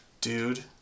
Dude